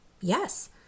Yes